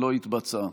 לא התבצעה.